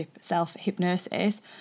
self-hypnosis